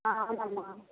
అవునమ్మ